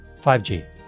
5G